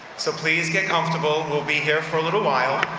so please get comfortable. we'll be here for a little while.